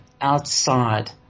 outside